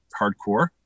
hardcore